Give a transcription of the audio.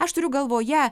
aš turiu galvoje